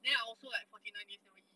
then I also like forty nine days never eat